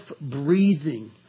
breathing